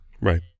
Right